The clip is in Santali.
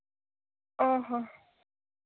ᱚ ᱦᱚᱸ